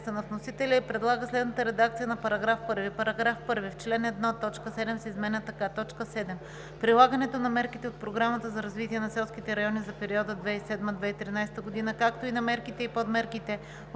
прилагането на мерките от Програмата за развитие на селските райони за периода 2007 – 2013 г., както и на мерките и подмерките